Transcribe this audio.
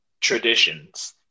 traditions